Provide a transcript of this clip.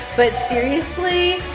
but seriously,